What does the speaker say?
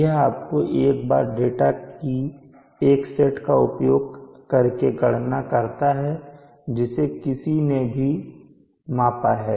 यह आपको एक बार डेटा की एक सेट का उपयोग करके गणना करता है जिसे किसी ने भी मापा है